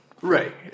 Right